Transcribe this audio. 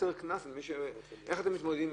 איך אתם מתמודדים?